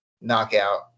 knockout